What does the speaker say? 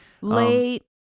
Late